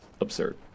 absurd